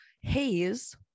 haze